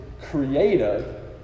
creative